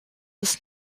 ist